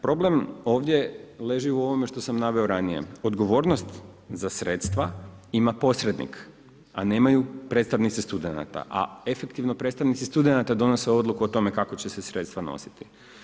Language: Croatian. Problem ovdje leži u ovome što sam naveo ranije, odgovornost za sredstva ima posrednik, a nemaju predstavnici studenata, a efektivno predstavnici studenata donose odluku o tome kako će se sredstva nositi.